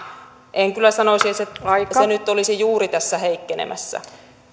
en kyllä sanoisi että nyt se olisi tässä juuri heikkenemässä